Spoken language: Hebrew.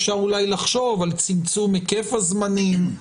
אפשר אולי לחשוב על צמצום היקף הזמנים.